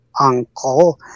Uncle